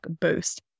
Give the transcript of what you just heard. boost